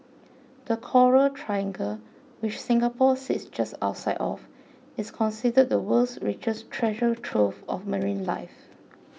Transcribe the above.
the coral triangle which Singapore sits just outside of is considered the world's richest treasure trove of marine life